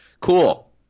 cool